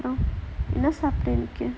என்ன சாப்ட்ட இன்னைக்கு:enna saaptta innaikku